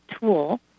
tool